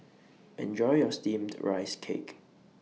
Enjoy your Steamed Rice Cake